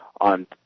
on